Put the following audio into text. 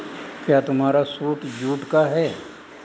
क्या तुम्हारा suit jute का है?